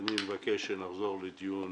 אני מבקש שנחזור לדיון